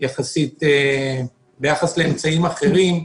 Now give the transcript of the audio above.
יחסית קטן ביחס לאמצעים אחרים,